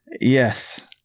Yes